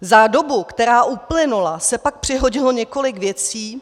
Za dobu, která uplynula, se pak přihodilo několik věcí.